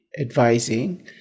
advising